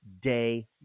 day